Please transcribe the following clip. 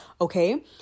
okay